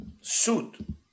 suit